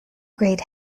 great